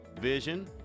vision